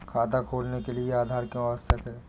खाता खोलने के लिए आधार क्यो आवश्यक है?